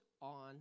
on